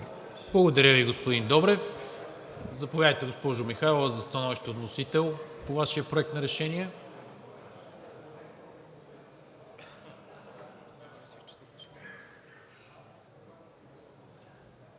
Благодаря Ви, господин Добрев. Заповядайте, госпожо Михайлова, за становище от вносител по Вашия Проект на решение.